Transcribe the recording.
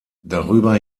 darüber